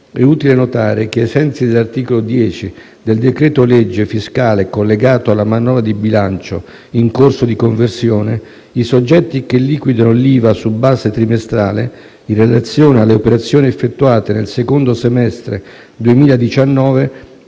è utile notare che, ai sensi dell'articolo 10 del decreto-legge fiscale collegato alla manovra di bilancio in corso di conversione, i soggetti che liquidano l'IVA su base trimestrale in relazione alle operazioni effettuate nel secondo semestre 2019